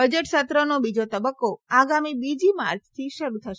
budget સત્રનો બીજો તબક્કો આગામી બીજી માર્ચથી શરૂ થશે